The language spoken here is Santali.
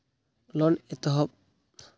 ᱞᱚᱱ ᱮᱛᱚᱦᱚᱵ